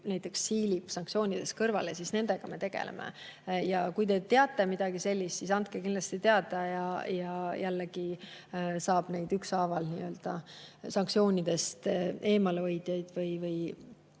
hiilib sanktsioonidest kõrvale –, siis nendega me tegeleme. Kui te teate midagi sellist, siis andke kindlasti teada ja jällegi saab neid sanktsioonidest eemalehoidjaid või